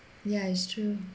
ya is true